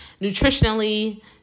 nutritionally